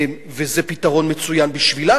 זה פתרון מצוין בשבילה.